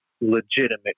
legitimate